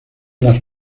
las